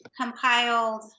compiled